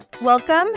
Welcome